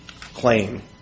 claim